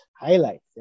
highlights